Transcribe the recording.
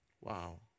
Wow